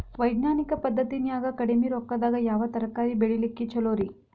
ವೈಜ್ಞಾನಿಕ ಪದ್ಧತಿನ್ಯಾಗ ಕಡಿಮಿ ರೊಕ್ಕದಾಗಾ ಯಾವ ತರಕಾರಿ ಬೆಳಿಲಿಕ್ಕ ಛಲೋರಿ?